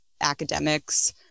academics